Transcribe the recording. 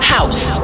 House